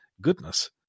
Goodness